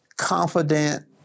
confident